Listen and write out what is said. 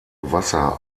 wasser